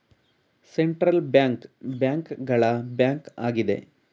central bank bank ಗಳ bank ಆಗಿದೆ